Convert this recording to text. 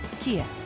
Kia